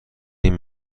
این